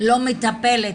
לא מטפלת.